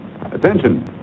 Attention